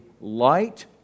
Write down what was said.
light